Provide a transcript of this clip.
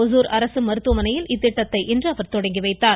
ஒசூர் அரசு மருத்துவமனையில் இத்திட்டத்தை அவர் தொடங்கி வைத்தார்